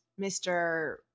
Mr